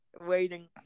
waiting